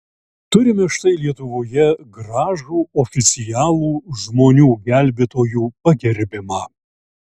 turime štai lietuvoje gražų oficialų žmonių gelbėtojų pagerbimą